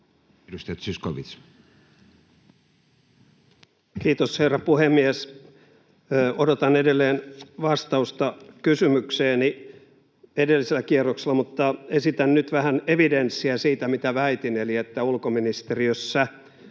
16:32 Content: Kiitos, herra puhemies! Odotan edelleen vastausta kysymykseeni edellisellä kierroksella, mutta esitän nyt vähän evidenssiä siitä, mitä väitin, eli että ulkoministeriössä